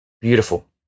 Beautiful